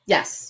Yes